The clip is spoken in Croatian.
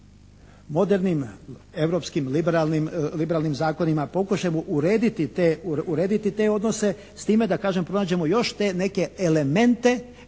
modernim, europskim, liberalnim zakonima pokušajmo urediti te odnose, s time, da kažem, pronađemo još te neke elemente